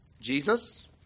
Jesus